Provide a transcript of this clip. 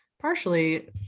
partially